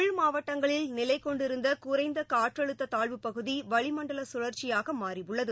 உள்மாவட்டங்களில் நிலைகொண்டிருந்தகுறைந்தகாற்றழுத்ததாழ்வுப் பகுதி வளிமண்டலசுழற்சியாகமாறியுள்ளது